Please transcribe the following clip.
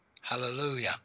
hallelujah